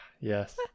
Yes